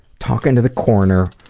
talking to the coroner